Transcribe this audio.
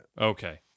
okay